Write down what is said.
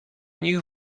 nich